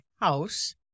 house